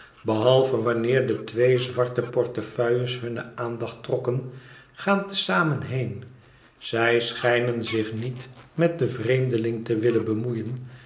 behalve wanneer de twee zwarte portefeuilles hunne aandacht trokken gaan te zamen heen zij schijnen zich niet met den vreemdeling te willen bemoeien